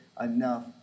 enough